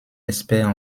expert